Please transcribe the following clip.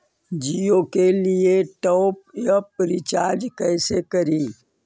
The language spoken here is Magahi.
जियो के लिए टॉप अप रिचार्ज़ कैसे करी?